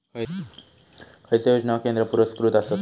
खैचे योजना केंद्र पुरस्कृत आसत?